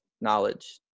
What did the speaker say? knowledge